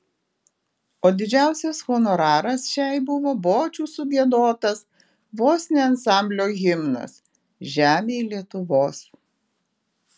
o didžiausias honoraras šiai buvo bočių sugiedotas vos ne ansamblio himnas žemėj lietuvos